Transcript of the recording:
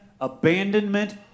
abandonment